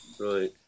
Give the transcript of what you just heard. Right